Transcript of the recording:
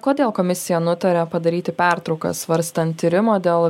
kodėl komisija nutarė padaryti pertrauką svarstant tyrimo dėl